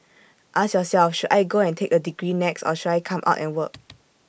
ask yourself should I go and take A degree next or should I come out and work